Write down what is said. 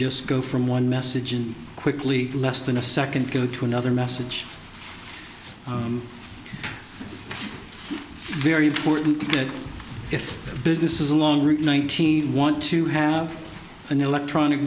just go from one message and quickly less than a second go to another message it's very important that if business is a long route nineteen want to have an electronic